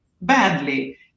badly